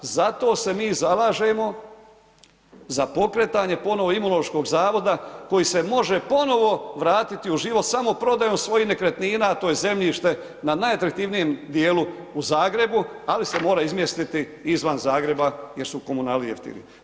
Zato se mi zalažemo za pokretanje ponovo Imunološkog zavoda koji se može ponovo vratiti u život samo prodajom svojih nekretnina, a to je zemljište na najatraktivnijem dijelu u Zagrebu, ali se mora izmjestiti izvan Zagreba jer su komunalnije jeftinije.